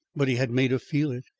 but he had made her feel it.